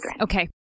Okay